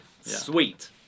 Sweet